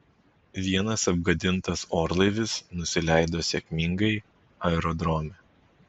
vienas apgadintas orlaivis nusileido sėkmingai aerodrome